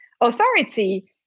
Authority